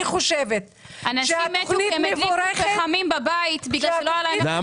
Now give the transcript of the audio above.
אני חושבת --- אנשים מתו כי הם הדליקו פחמים בבית --- נעמה,